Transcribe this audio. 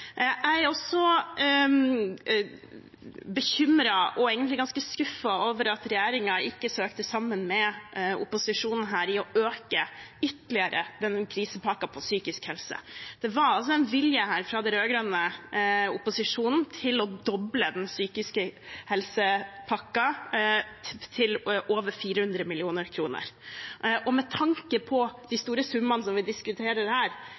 Jeg er også bekymret – og egentlig ganske skuffet – over at regjeringen ikke søkte sammen med opposisjonen for ytterligere å øke denne krisepakken for psykisk helse. Det var en vilje fra den rød-grønne opposisjonen til å doble den psykiske helsepakken, til over 400 mill. kr. Med tanke på de store summene som vi diskuterer her,